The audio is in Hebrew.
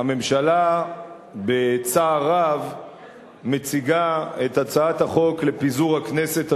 הממשלה בצער רב מציגה את הצעת החוק לפיזור הכנסת השמונה-עשרה,